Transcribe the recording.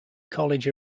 college